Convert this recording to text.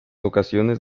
ocasiones